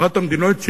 אחת המדינות,